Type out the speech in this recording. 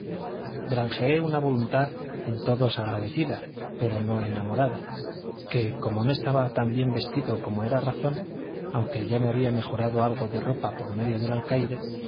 granjeé una voluntad en todos agradecida pero no enamorada que como no estaba tan bien vestido como era razón aunque ya me había mejorado algo de ropa por medio del alcaide